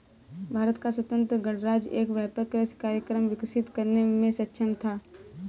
भारत का स्वतंत्र गणराज्य एक व्यापक कृषि कार्यक्रम विकसित करने में सक्षम था